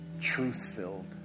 truth-filled